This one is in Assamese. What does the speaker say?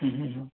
হু হু হু